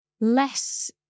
less